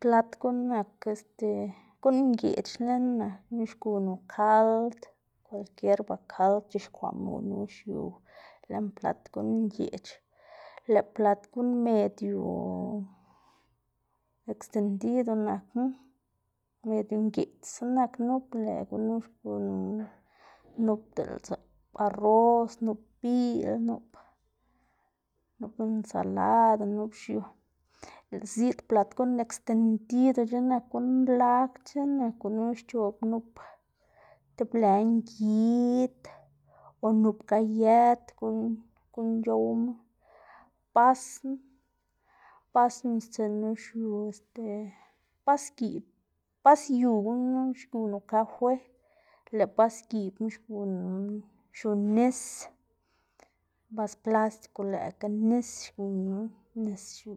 plat guꞌn nak este guꞌn ngeꞌc̲h̲ lën nak guꞌn xgunu kald, kwalkier ba kald c̲h̲ixkwaꞌma gunu xiu lën plat guꞌn ngeꞌc̲h̲, lëꞌ plat guꞌn medio extendido nakna, medio ngeꞌc̲h̲sa nak nup lëꞌ gunu xgunu nup diꞌltsa arroz, nup biꞌl nup nup ensalada nup xiu. Diꞌltsa ziꞌd plat guꞌn extendidoc̲h̲a nak guꞌn nlagc̲h̲a nak gunu xc̲h̲oꞌb nup tib blë ngid o nup gayet, guꞌn guꞌn c̲h̲owma, basna bas c̲h̲uꞌnnstsiꞌnma, yu bas giꞌb bas yu gunu xgunu kafe, lëꞌ bas giꞌbna xgunu xiu nis, bas plástico lëꞌkga nis xgunu nis xiu